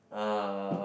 uh